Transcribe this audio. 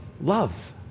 love